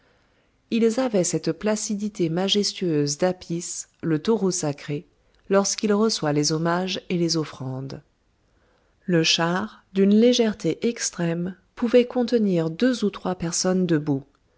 ils avaient cette placidité majestueuse d'apis le taureau sacré lorsqu'il reçoit les hommages et les offrandes le char d'une légèreté extrême pouvait contenir deux ou trois personnes debout